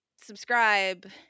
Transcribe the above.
subscribe